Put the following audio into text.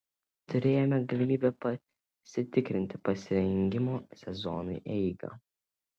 turėjome galimybę pasitikrinti pasirengimo sezonui eigą